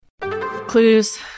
Clues